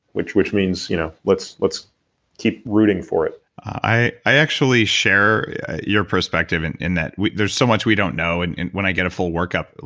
which which means you know let's let's keep rooting for it i i actually share your perspective and in that. there's so much we don't know, and when i get a full workup,